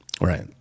right